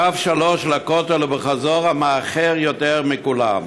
קו 3 לכותל וחזרה מאחר יותר מכולם.